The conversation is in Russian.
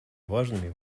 важными